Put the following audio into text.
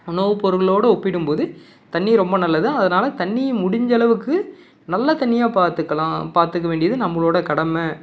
உணவு பொருளோட ஒப்பிடும் போது தண்ணீர் ரொம்ப நல்லது அதனால் தண்ணியை முடிஞ்சளவுக்கு நல்ல தண்ணியாக பார்த்துக்கலாம் பார்த்துக்க வேண்டியது நம்மளோட கடமை